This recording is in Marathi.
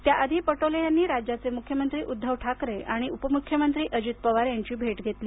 त्या आधी पटोले यांनी राज्याचे मुख्यमंत्री उद्घव ठाकरे आणि उपमुख्यमंत्री अजित पवार यांची भेट घेतली